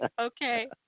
Okay